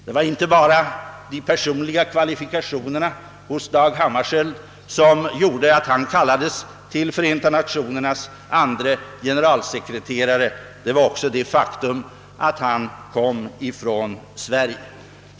Det var inte enbart Dag Hammarskjölds personliga kvalifikationer som gjorde att han kallades till FN:s andre generalsekreterare, utan det var också det faktum att han kom från Sverige.